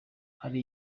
hari